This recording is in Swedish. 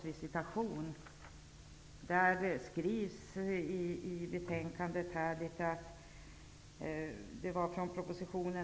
Vi har också ett motionsyrkande som gäller kroppsvisitation.